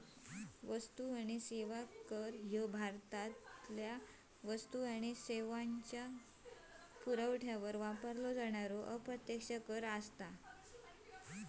वस्तू आणि सेवा कर ह्या भारतात वस्तू आणि सेवांच्यो पुरवठ्यावर वापरलो जाणारो अप्रत्यक्ष कर असा